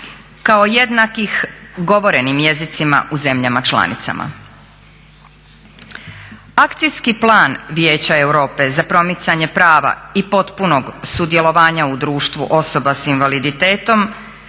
kao jednakih govorenim jezicima u zemljama članicama. Akcijski plan Vijeća Europe za promicanje prava i potpunog sudjelovanja u društvu osoba sa invaliditetom